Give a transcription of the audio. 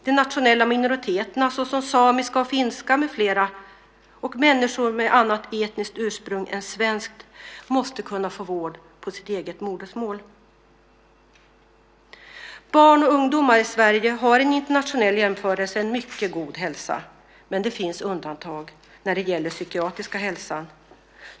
De nationella minoriteterna, såsom de samiska och finska med flera, och människor med annat etniskt ursprung än svenskt måste kunna få vård på sitt eget modersmål. Barn och ungdomar i Sverige har i en internationell jämförelse en mycket god hälsa. Men det finns undantag när det gäller den psykiska hälsan.